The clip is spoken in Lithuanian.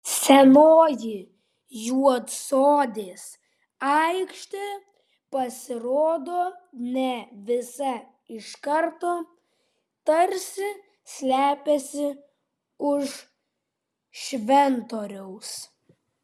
senoji juodsodės aikštė pasirodo ne visa iš karto tarsi slepiasi už šventoriaus